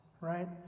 right